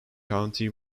county